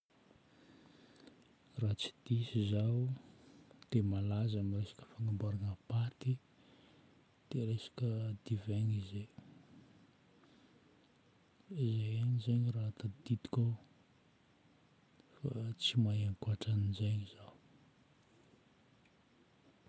Raha tsy diso izaho dia malaza amin'ny resaka fagnamboarana paty, dia resaka divaigna izy izay. Io ihany zegny raha tadidiko fa tsy mahay ankoatran'izegny za.